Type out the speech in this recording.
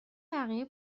بقیه